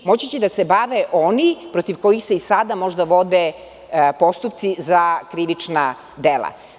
Moći će da se bave oni protiv kojih se i sada možda vode postupci za krivična dela.